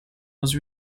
was